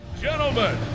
Gentlemen